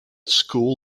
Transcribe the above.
school